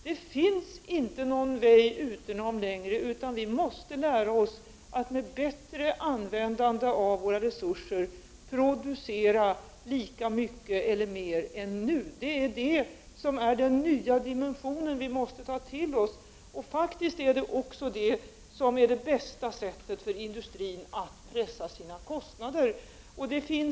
Det finns inte någon väg udenom längre, utan vi måste lära oss att med bättre användande av våra resurser producera lika mycket eller mer än nu. Det är det som är den nya dimension som vi måste ta till oss. Det är faktiskt också det bästa sättet för industrin att pressa ned sina kostnader.